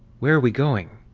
where are we going?